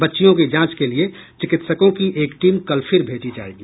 बच्चियों की जांच के लिये चिकित्सकों की एक टीम कल फिर भेजी जायेगी